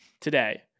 today